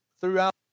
throughout